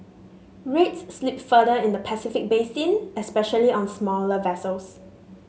rates slipped further in the Pacific basin especially on smaller vessels